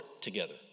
together